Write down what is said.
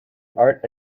art